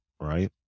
right